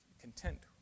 content